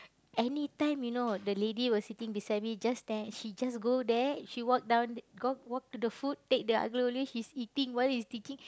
anytime you know the lady was sitting beside me just then he just go there she walk down go walk to the food take the aglio olio she's eating whatever he's teaching